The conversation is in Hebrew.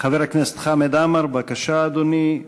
חבר הכנסת חמד עמאר, בבקשה, אדוני.